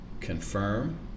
confirm